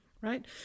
Right